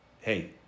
hey